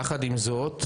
יחד עם זאת,